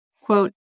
quote